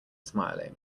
smiling